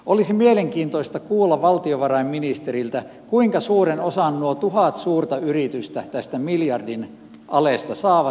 olisi mielenkiintoista kuulla valtiovarainministeriltä kuinka suuren osan nuo tuhat suurta yritystä tästä miljardin alesta saavat